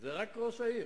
זה רק ראש העיר.